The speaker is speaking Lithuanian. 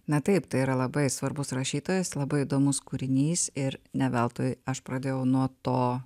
na taip tai yra labai svarbus rašytojas labai įdomus kūrinys ir ne veltui aš pradėjau nuo to